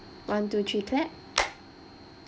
one two three clap